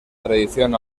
tradición